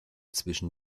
zwischen